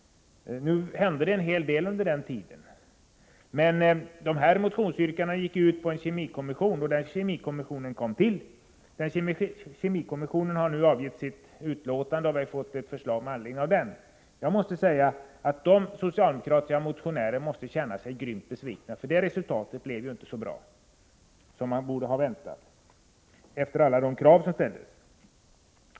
Nu hände emellertid en hel del under denna tid. Socialdemokraternas motionsyrkanden gick ju ut på en kemikommission, och en sådan kom till. Kemikommissionen har nu avgivit sitt betänkande, och vi har fått ett förslag med anledning av detta. Jag kan inte förstå annat än att de socialdemokratiska motionärerna måste känna sig grymt besvikna, för resultatet blev ju inte så bra som man hade anledning att vänta efter alla de krav som ställdes.